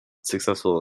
successful